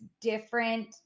different